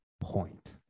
point